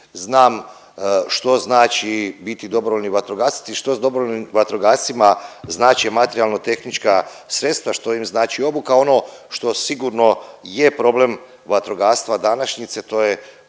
znam što znači biti dobrovoljni vatrogasac i što dobrovoljnim vatrogascima znače materijalno tehnička sredstva, što im znači obuka. Ono što sigurno je problem vatrogastva današnjice to je